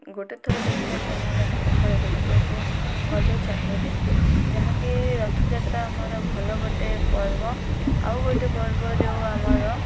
ଗୋଟେ ଥର ଦେଖିଲେ ସେମାନେ ବାରମ୍ବାର ଦେଖିବାକୁ ମଧ୍ୟ ଚାହିଁବେ ଯାହାକି ରଥଯାତ୍ରା ଆମର ଭଲ ଗୋଟେ ପର୍ବ ଆଉ ଗୋଟେ ପର୍ବ ଯେଉଁ ଆମର